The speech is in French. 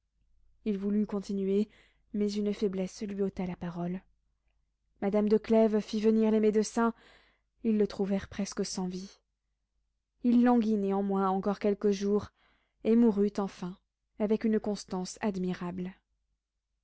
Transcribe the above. il voulut continuer mais une faiblesse lui ôta la parole madame de clèves fit venir les médecins ils le trouvèrent presque sans vie il languit néanmoins encore quelques jours et mourut enfin avec une constance admirable